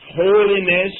holiness